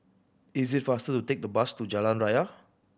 is it faster to take the bus to Jalan Raya